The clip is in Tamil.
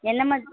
என்ன ம